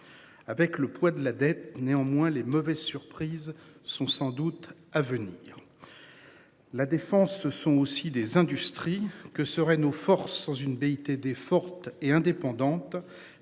Avec le poids de la dette. Néanmoins les mauvaises surprises sont sans doute à venir. La défense, ce sont aussi des industries que seraient nos forces dans une BIT des fortes et indépendantes.